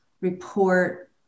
report